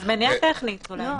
אז מניעה טכנית אולי.